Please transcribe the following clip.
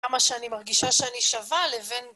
כמה שאני מרגישה שאני שווה לבין...